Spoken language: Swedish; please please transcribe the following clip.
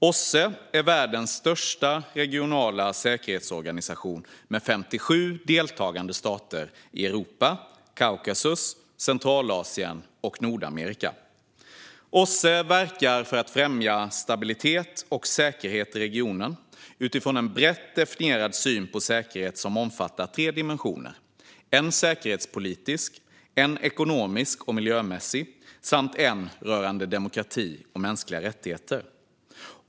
OSSE är världens största regionala säkerhetsorganisation med 57 deltagande stater i Europa, Kaukasus, Centralasien och Nordamerika. OSSE verkar för att främja stabilitet och säkerhet i regionen utifrån en brett definierad syn på säkerhet som omfattar tre dimensioner: en säkerhetspolitisk, en ekonomisk och miljömässig samt en rörande demokrati och mänskliga rättigheter.